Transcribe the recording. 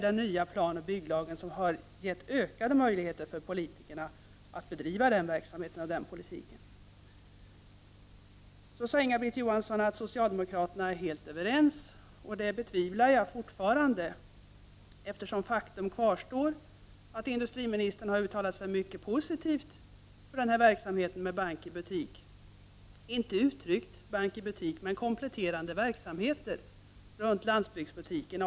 Den nya planoch bygglagen har gett ökade möjligheter för politikerna att bedriva denna politik. Inga-Britt Johansson sade att socialdemokraterna är helt överens, vilket jag fortfarande betvivlar, eftersom faktum kvarstår, att industriministern har uttalat sig mycket positivt över denna verksamhet med ”bank i butik”. Han har inte sagt just ”bank i butik”, men han har talat om kompletterande verksamheter runt landsbygdsbutikerna.